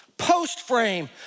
post-frame